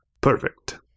Perfect